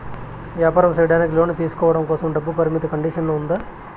వ్యాపారం సేయడానికి లోను తీసుకోవడం కోసం, డబ్బు పరిమితి కండిషన్లు ఉందా?